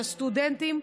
זה הסטודנטים,